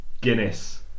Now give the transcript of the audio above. Guinness